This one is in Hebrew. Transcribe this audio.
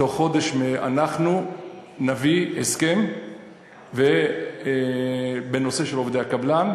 בתוך חודש נביא הסכם בנושא של עובדי הקבלן,